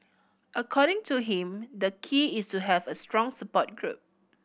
according to him the key is to have a strong support group